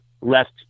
left